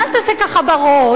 אל תעשה ככה בראש.